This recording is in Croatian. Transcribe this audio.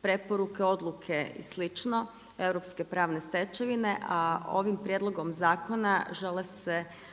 preporuke odluke i slično, europske pravne stečevine. A ovim prijedlogom zakona žele se ukloniti